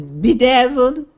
bedazzled